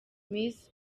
miss